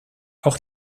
auch